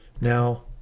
now